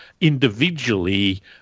individually